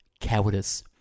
cowardice